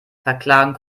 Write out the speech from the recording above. verklagen